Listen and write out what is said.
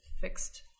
Fixed